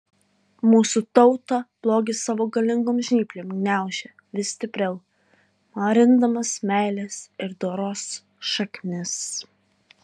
mūsų tautą blogis savo galingom žnyplėm gniaužia vis stipriau marindamas meilės ir doros šaknis